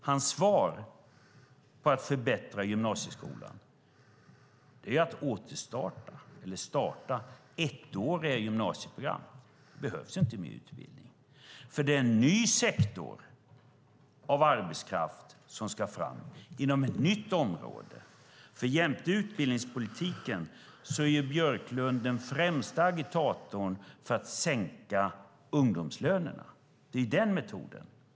Hans svar på att förbättra gymnasieskolan är att starta ettåriga gymnasieprogram. Det behövs inte mer utbildning, menar han. Det är en ny sektor av arbetskraft som ska fram nu, inom ett nytt område. Förutom att vara utbildningspolitiker är Björklund den främste agitatorn för att sänka ungdomslönerna. Det är den metoden han vill ha.